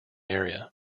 area